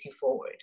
forward